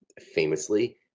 famously